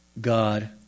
God